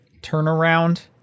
turnaround